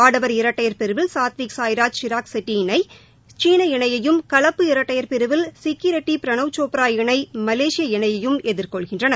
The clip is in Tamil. ஆடவர் இரட்டையர் பிரிவில் சாத்விக் சாய்ராஜ் சிராக் செட்டி இணை சீன இணையையும் கலப்பு இரட்டையர் பிரிவில் சிக்கி ரெட்டி பிரனவ் சோப்ரா இணை மலேசிய இணையையும் எதிர் கொள்கின்றனர்